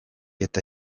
eta